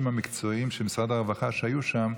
המקצועיים של משרד הרווחה שהיו שם,